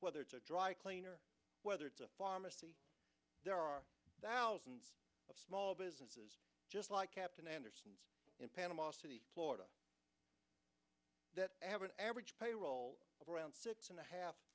whether it's a dry cleaner whether it's a pharmacy there are thousands of small businesses just like captain anderson's in panama city florida that have an average payroll of around six and a half